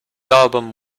album